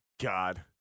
God